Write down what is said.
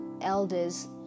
elders